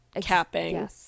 capping